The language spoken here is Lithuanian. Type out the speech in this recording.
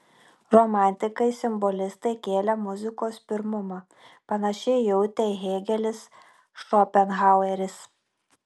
romantikai simbolistai kėlė muzikos pirmumą panašiai jautė hėgelis šopenhaueris